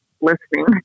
listening